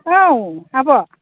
औ आब'